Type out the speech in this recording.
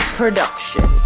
production